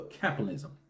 capitalism